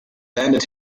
landed